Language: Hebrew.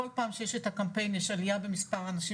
כל פעם שיש את הקמפיין יש עלייה במספר האנשים